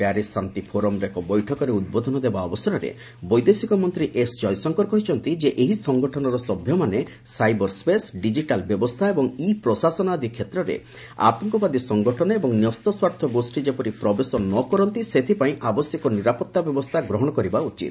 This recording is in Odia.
ପ୍ୟାରିସ୍ ଶାନ୍ତି ଫୋରମ୍ର ଏକ ବୈଠକରେ ଉଦ୍ବୋଧନ ଦେବା ଅବସରରେ ବୈଦେଶିକ ମନ୍ତ୍ରୀ ଏସ୍ଜୟଶଙ୍କର କହିଛନ୍ତି ଏହି ସଂଗଠନର ସଭ୍ୟମାନେ ସାଇବର ସ୍ୱେସ୍ ଡିଜିଟାଲ୍ ବ୍ୟବସ୍ଥା ଏବଂ ଇ ପ୍ରଶାସନ ଆଦି କ୍ଷେତ୍ରରେ ଆତଙ୍କବାଦୀ ସଂଗଠନ ଏବଂ ନ୍ୟସ୍ତସ୍ୱାର୍ଥ ଗୋଷୀ ଯେପରି ପ୍ରବେଶ ନ କରନ୍ତି ସେଥିପାଇଁ ଆବଶ୍ୟକ ନିରାପତ୍ତା ବ୍ୟବସ୍ଥା ଗ୍ରହଣ କରିବା ଉଚିତ